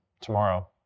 tomorrow